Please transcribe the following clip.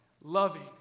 loving